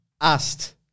asked